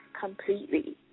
completely